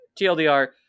TLDR